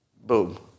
Boom